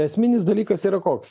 esminis dalykas yra koks